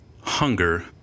hunger